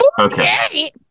Okay